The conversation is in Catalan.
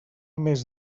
més